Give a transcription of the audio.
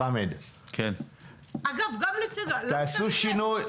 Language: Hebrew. חמד, תעשו שינוי.